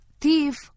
thief